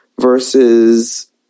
versus